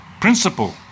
principle